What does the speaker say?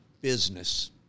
business